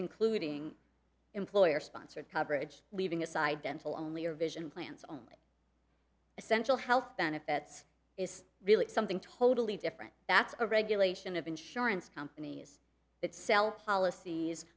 including employer sponsored coverage leaving aside dental only or vision plans on essential health benefits is really something totally different that's a regulation of insurance companies that sell policies